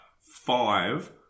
five